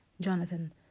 Jonathan